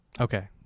okay